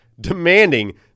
demanding